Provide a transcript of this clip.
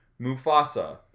Mufasa